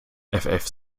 effeff